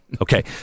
Okay